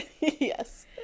Yes